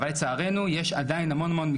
אבל לצערנו יש עדיין המון,